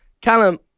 Callum